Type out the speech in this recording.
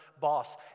boss